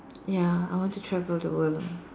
ya I want to travel the world